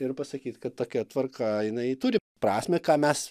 ir pasakyt kad tokia tvarka jinai turi prasmę ką mes